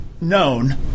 known